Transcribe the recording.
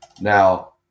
Now